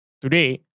today